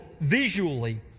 visually